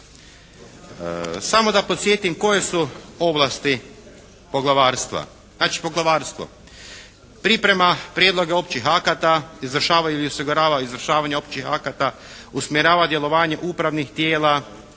Samo da podsjetim koje su ovlasti Poglavarstva. Znači Poglavarstvo: Priprema prijedloge općih akata, izvršava i osigurava izvršavanje općih akata, usmjerava djelovanje upravnih tijela,